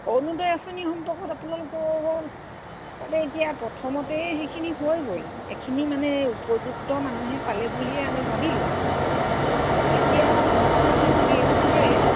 অৰুণোদয় আঁচনি সম্পৰ্কত আপোনালোক'ৰ তাতে এতিয়া প্ৰথমতে সেইখিনি হৈ গ'ল এখিনি মানে উপযুক্ত মানুহে পালে বুলিয়ে আমি ভাবি ল'লোঁ এতিয়া পুনৰ আমাৰ চি এম ছাৰে